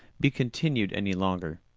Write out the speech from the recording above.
be continued any longer.